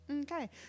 Okay